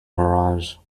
mirage